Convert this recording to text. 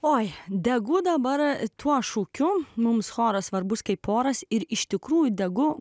oi degu dabar tuo šūkiu mums choras svarbus kaip oras ir iš tikrųjų degu